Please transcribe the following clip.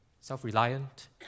Self-reliant